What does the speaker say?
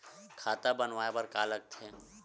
खाता बनवाय बर का का लगथे?